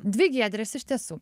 dvi giedrės iš tiesų